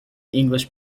english